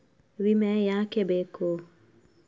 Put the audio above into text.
ವಿಮೆ ಯಾಕೆ ಬೇಕು?